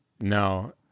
No